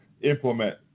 implement